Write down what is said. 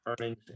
earnings